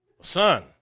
Son